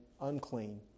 Unclean